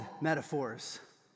metaphors